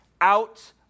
out